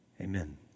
Amen